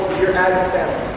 your aggie family!